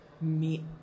meet